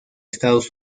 estados